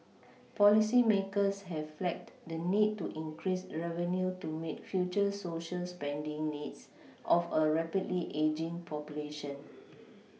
policymakers have flagged the need to increase revenue to meet future Social spending needs of a rapidly ageing population